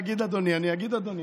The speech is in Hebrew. להגיד "אדוני" אני אגיד "אדוני",